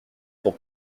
pour